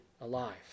alive